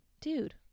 Dude